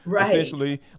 essentially